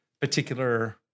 particular